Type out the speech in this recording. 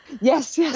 yes